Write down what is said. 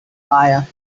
fire